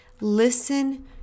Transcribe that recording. listen